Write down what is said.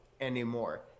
anymore